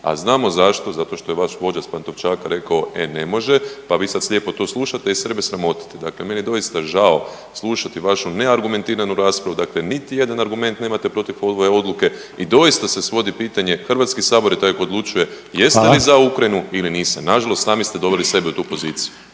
a znamo zašto, zato što je vaš vođa s Pantovčaka rekao e ne može pa vi sad slijepo to slušate i sebe sramotite. Dakle, meni je doista žao slušati vašu neargumentiranu raspravu. Dakle, niti jedan argument nema protiv ove odluke i doista se svodi pitanje Hrvatski sabor je taj koji odlučuje jeste li za Ukrajinu …/Upadica: Hvala./… ili niste. Nažalost sami ste doveli sebe u tu poziciju.